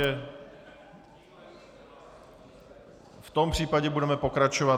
V tom případě budeme pokračovat.